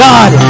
God